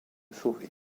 sauver